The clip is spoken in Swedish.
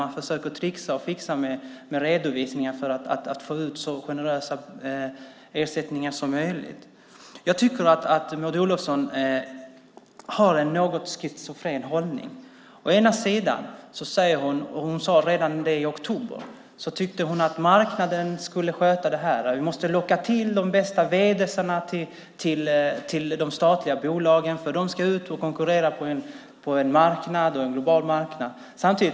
Man försöker tricksa och fixa med redovisningen för att få ut så generösa ersättningar som möjligt. Jag tycker att Maud Olofsson har en något schizofren hållning. Å ena sidan tycker hon, som hon sade redan i oktober, att marknaden skulle sköta detta. Vi måste locka till oss de bästa vd:arna till de statliga bolagen, eftersom de ska ut och konkurrera på en global marknad.